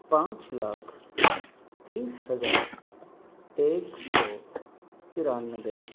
پانچ لاکھ تیس ہزار ایک سو ترانوے